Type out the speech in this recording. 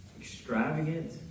extravagant